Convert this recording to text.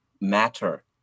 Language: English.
matter